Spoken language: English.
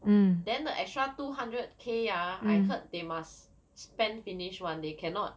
then the extra two hundred k ah I heard they must spend finish [one] they cannot